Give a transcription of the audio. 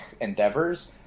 endeavors